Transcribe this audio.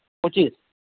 ᱥᱩᱪᱤᱛ